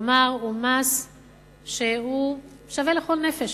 כלומר הוא מס שווה לכל נפש.